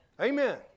Amen